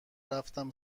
رفتیم